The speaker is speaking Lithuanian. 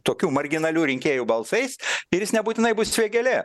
tokių marginalių rinkėjų balsais ir jis nebūtinai bus vėgėlė